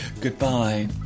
Goodbye